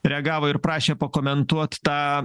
reagavo ir prašė pakomentuot tą